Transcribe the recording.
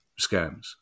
scams